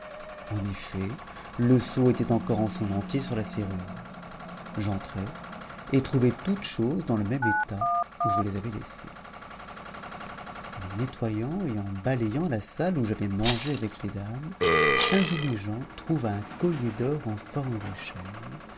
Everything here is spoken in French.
en effet le sceau était encore en son entier sur la serrure j'entrai et trouvai toutes choses dans le même état où je les avais laissées en nettoyant et en balayant la salle où j'avais mangé avec les dames un de mes gens trouva un collier d'or en forme de chaîne